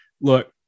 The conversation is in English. look